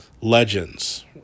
legends